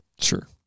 sure